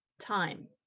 time